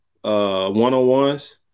one-on-ones